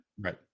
right